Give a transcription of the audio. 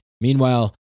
meanwhile